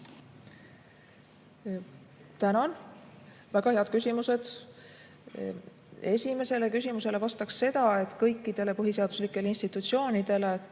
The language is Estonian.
Tänan! Väga head küsimused. Esimesele küsimusele vastan seda, et kõikidele põhiseaduslikele institutsioonidele